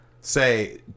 Say